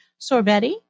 sorbetti